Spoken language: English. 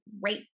great